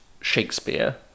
Shakespeare